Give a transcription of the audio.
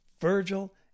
Virgil